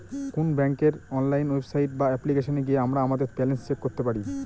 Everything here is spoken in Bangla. কোন ব্যাঙ্কের অনলাইন ওয়েবসাইট বা অ্যাপ্লিকেশনে গিয়ে আমরা আমাদের ব্যালান্স চেক করতে পারি